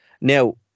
Now